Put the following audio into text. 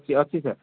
ଅଛି ଅଛି ସାର୍